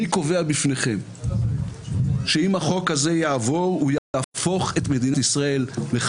אני קובע בפניכם שהחוק הזה יגרום לנזק מדיני חמור למדינת ישראל.